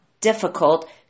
difficult